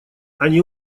они